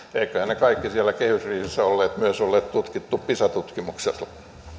eiköhän ne kaikki siellä kehysriihessä olleet myös ole tutkittu pisa tutkimuksella